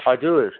हजुर